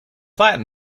latin